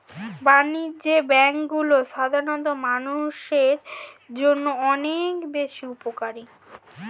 বাণিজ্যিক ব্যাংকগুলো সাধারণ মানুষের জন্য অনেক বেশি উপকারী